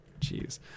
Jeez